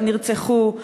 נרצחו.